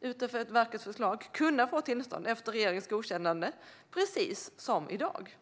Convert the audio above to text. enligt verkets förslag kunna få tillstånd efter regeringens godkännande - precis som i dag.